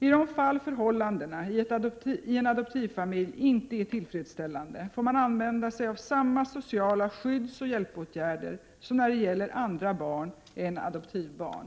I de fall förhållandena i en adoptivfamilj inte är tillfredsställande får man använda sig av samma sociala skyddsoch hjälpåtgärder som när det gäller andra barn än adoptivbarn.